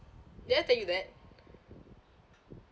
did I tell you that